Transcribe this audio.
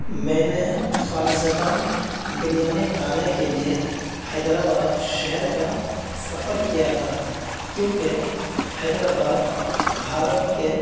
میں نے خالصتاً بریانی کھانے کے لیے حیدر آباد شہر کا سفر کیا تھا کیوںکہ حیدر آباد بھارت کے